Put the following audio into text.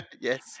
Yes